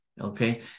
Okay